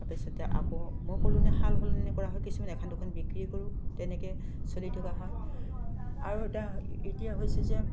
তাৰপিছতে আকৌ মই ক'লোনে সাল সলনি কৰা হয় কিছুমান এখন দুখন বিক্ৰী কৰোঁ তেনেকৈ চলি থকা হয় আৰু এটা এতিয়া হৈছে যে